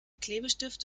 klebestift